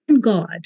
God